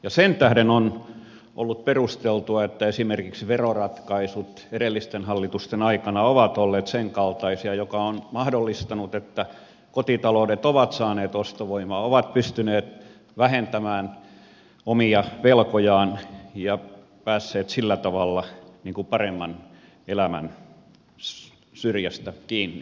sen tähden on ollut perusteltua että esimerkiksi veroratkaisut edellisten hallitusten aikana ovat olleet senkaltaisia että ne ovat mahdollistaneet että kotitaloudet ovat saaneet ostovoimaa ovat pystyneet vähentämään omia velkojaan ja päässeet sillä tavalla paremman elämän syrjästä kiinni